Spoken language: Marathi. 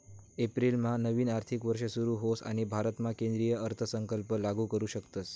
एप्रिलमा नवीन आर्थिक वर्ष सुरू होस आणि भारतामा केंद्रीय अर्थसंकल्प लागू करू शकतस